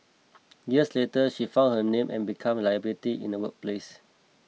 years later she found that her name and become a liability in the workplace